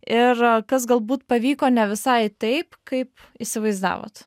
ir kas galbūt pavyko ne visai taip kaip įsivaizdavot